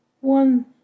One